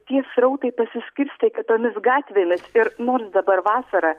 tie srautai pasiskirstė kitomis gatvėmis ir nors dabar vasara